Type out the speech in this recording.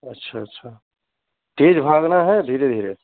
अच्छा अच्छा तेज़ भागना है धीरे धीरे